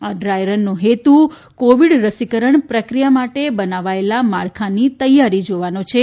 આ ડ્રાય રનનો હેતુ કોવિડ રસીકરણ પ્રક્રિયા માટે બનાવાયેલા માળખાની તૈયારી જોવાનો છે